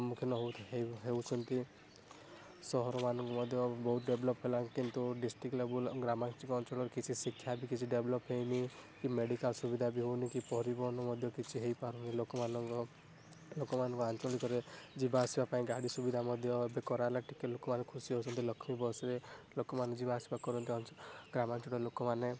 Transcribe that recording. ସମ୍ମୁଖିନ ହଉ ହେଉଛନ୍ତି ସହର ମାନ ମଧ୍ୟ ବହୁତ ଡେଭଲପ୍ ହେଲାଣି କିନ୍ତୁ ଡିଷ୍ଟ୍ରିକ୍ଟ ଲେବଲ୍ ଗ୍ରାମାଞ୍ଚଳରେ କିଛି ଶିକ୍ଷା ବି କିଛି ଡେଭଲପ୍ ହେଇନି କି ମେଡ଼ିକାଲ୍ ସୁବିଧା ବି ହେଉନି କି ପରିବହନ ମଧ୍ୟ କିଛି ହେଇପାରୁନି ଲୋକ ମାନଙ୍କ ଲୋକ ମାନଙ୍କ ଆଞ୍ଚଳିକରେ ଯିବା ଆସିବା ପାଇଁ ଗାଡ଼ି ସୁବିଧା ମଧ୍ୟ ଏବେ କରାହେଲା ଟିକେ ଲୋକ ମାନେ ଖୁସି ହେଉଛନ୍ତି ଲକ୍ଷ୍ମୀ ବସରେ ଲୋକମାନେ ଯିବା ଆସିବା କରନ୍ତି ଗ୍ରାମାଞ୍ଚଳରେ ଲୋକ ମାନେ